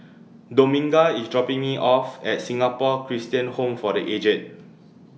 Dominga IS dropping Me off At Singapore Christian Home For The Aged